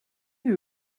who